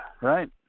right